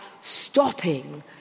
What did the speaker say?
stopping